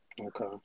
Okay